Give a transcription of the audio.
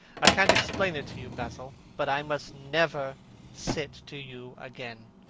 i can't explain it to you, basil, but i must never sit to you again.